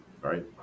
right